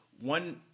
one